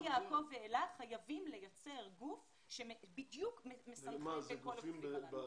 חייבים לייצר גוף שמסנכרן בין כל הגופים הללו.